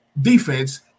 defense